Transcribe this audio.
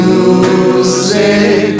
Music